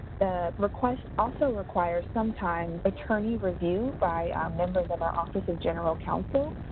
the request also requires sometimes attorney review by members of our office of general council.